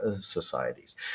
societies